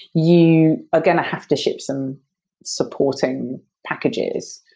you are going to have to ship some supporting packages.